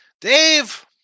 Dave